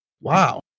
wow